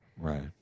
right